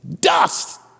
Dust